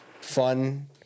fun